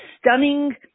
stunning